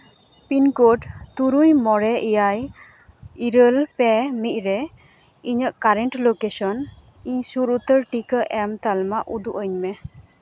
pin code ᱛᱩᱨᱩᱭ ᱢᱚᱬᱮ ᱮᱭᱟᱭ ᱤᱨᱟᱹᱞ ᱯᱮ ᱢᱤᱫ ᱨᱮ ᱤᱧᱟᱹᱜ ᱠᱟᱨᱮᱱᱴ ᱞᱳᱠᱮᱥᱚᱱ ᱤᱧ ᱥᱩᱨ ᱩᱛᱟᱹᱨ ᱴᱤᱠᱟᱹ ᱮᱢ ᱛᱟᱞᱢᱟ ᱩᱫᱩᱜ ᱟᱹᱧ ᱢᱮ